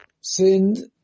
sinned